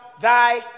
thy